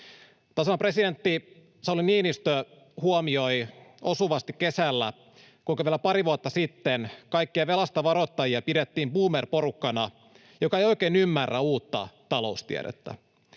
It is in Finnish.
Tasavallan presidentti Sauli Niinistö huomioi osuvasti kesällä, kuinka vielä pari vuotta sitten kaikkia velasta varoittajia pidettiin boomer-porukkana, joka ei oikein ymmärrä uutta taloustiedettä.